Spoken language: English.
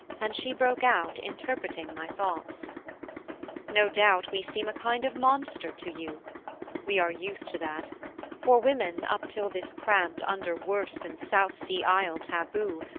and she broke out interpreting my thoughts no doubt we seem a kind of monster to you we are used to that for women, up till this cramped under worse than south-sea-isle taboo,